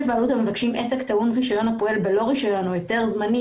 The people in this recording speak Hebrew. "עסק הפועל בלא רישיון או היתר זמני",